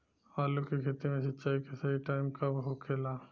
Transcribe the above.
आलू के खेती मे सिंचाई के सही टाइम कब होखे ला?